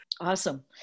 Awesome